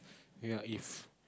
your if